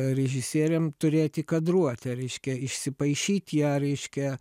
režisieriam turėti kadruotę reiškia išsipaišyt ją reiškia